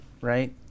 right